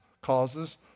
causes